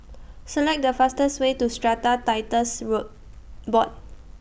Select The fastest Way to Strata Titles Board